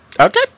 Okay